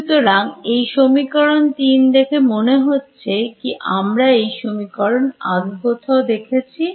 সুতরাং এই সমীকরণ 3 দেখে মনে হচ্ছে কি আমরা এই সমীকরণ আগে কোথাও দেখেছি